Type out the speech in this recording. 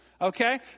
Okay